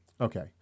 okay